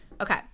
Okay